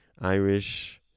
Irish